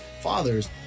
fathers